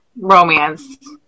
romance